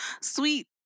sweet